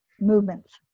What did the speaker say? movements